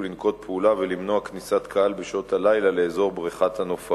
לנקוט פעולה ולמנוע כניסת קהל בשעות הלילה לאזור בריכת-הנופרים.